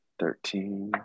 thirteen